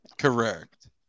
correct